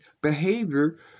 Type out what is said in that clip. behavior